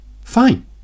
Fine